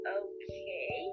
okay